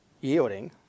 yielding